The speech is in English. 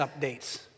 updates